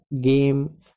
game